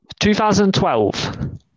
2012